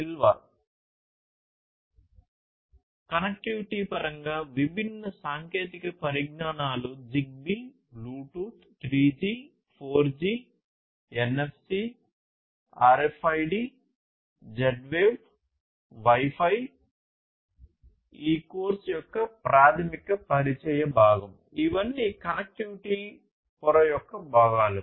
నిల్వ యొక్క భాగాలు